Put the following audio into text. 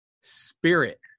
spirit